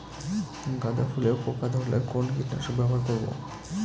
গাদা ফুলে পোকা ধরলে কোন কীটনাশক ব্যবহার করব?